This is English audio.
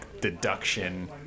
deduction